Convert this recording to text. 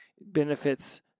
benefits